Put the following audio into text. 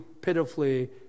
pitifully